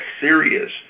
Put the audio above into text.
serious